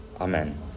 Amen